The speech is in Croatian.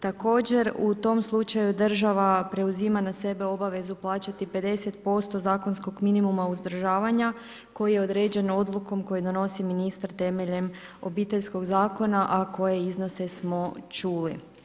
Također, u tom slučaju država preuzima na sebe obavezu plaćati 50% zakonskog minimuma uzdržavanja koji je određen odlukom koju donosi ministar temeljem Obiteljskog zakona, a koje iznose smo čuli.